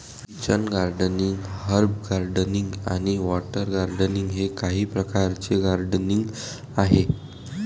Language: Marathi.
किचन गार्डनिंग, हर्ब गार्डनिंग आणि वॉटर गार्डनिंग हे काही प्रकारचे गार्डनिंग आहेत